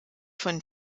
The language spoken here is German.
von